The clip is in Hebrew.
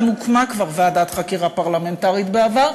גם הוקמה כבר ועדת חקירה פרלמנטרית בעבר,